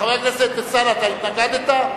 חבר הכנסת אלסאנע, אתה התנגדת?